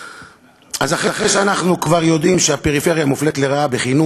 אז אחרי שאנחנו כבר יודעים שהפריפריה מופלית לרעה בחינוך,